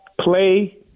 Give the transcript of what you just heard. Play